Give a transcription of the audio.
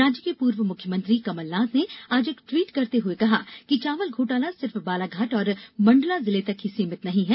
राज्य के पूर्व मुख्यमंत्री कमनलाथ ने आज एक टवीट करते हुए कहा है कि चावल घोटाला सिर्फ बालाघाट और मंडला जिले तक ही सीमित नहीं है